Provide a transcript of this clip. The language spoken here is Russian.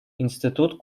институт